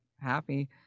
happy